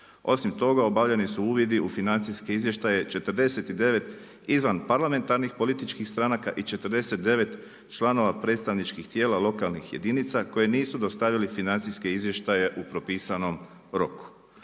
Osim toga obavljeni su uvidi u financijske izvještaje, 49 izvan parlamentarnih političkih stranaka i 49 članova predstavničkih tijela lokalnih jedinica koja nisu dostavili financijske izvještaje u propisanom roku.